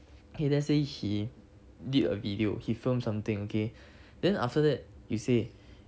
okay let's say he did a video he film something okay then after that you say